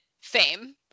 fame